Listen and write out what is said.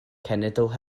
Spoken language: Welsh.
cenedl